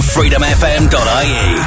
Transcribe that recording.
FreedomFM.ie